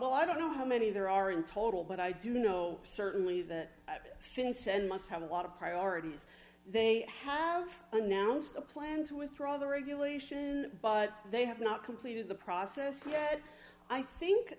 well i don't know how many there are in total but i do know certainly the finn says must have a lot of priorities they have announced a plan to withdraw the regulation but they have not completed the process yet i think